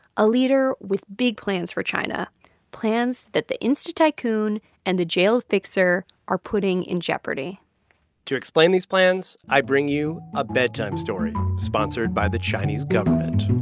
a leader with big plans for china plans that the insta-tycoon and the jailed fixer are putting in jeopardy to explain these plans, i bring you a bedtime story sponsored by the chinese government